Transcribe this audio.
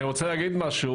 אני רוצה להגיד משהו.